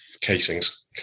casings